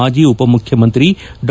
ಮಾಜಿ ಉಪಮುಖ್ಯಮಂತ್ರಿ ಡಾ